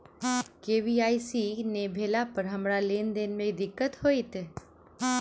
KYC नै भेला पर हमरा लेन देन मे दिक्कत होइत?